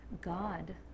God